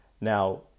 now